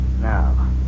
Now